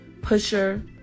pusher